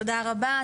תודה רבה,